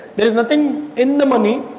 there is nothing in the money.